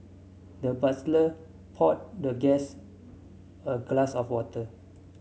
the butler poured the guest a glass of water